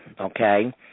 okay